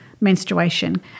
menstruation